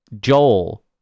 Joel